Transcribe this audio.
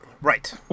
Right